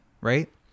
right